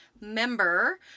member